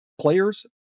players